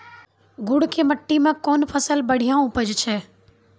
गुड़ की मिट्टी मैं कौन फसल बढ़िया उपज छ?